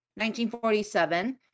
1947